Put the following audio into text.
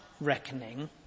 reckoning